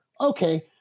Okay